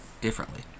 differently